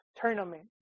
tournament